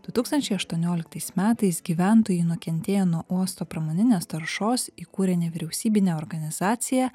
du tūkstančiai aštuonioliktais metais gyventojai nukentėję nuo uosto pramoninės taršos įkūrė nevyriausybinę organizaciją